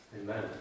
Amen